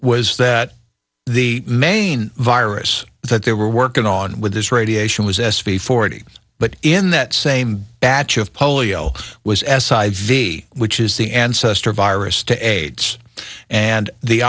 was that the main virus that they were working on with this radiation was s p forty but in that same batch of polio was as v which is the ancestor virus to aids and the